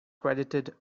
credited